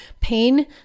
pain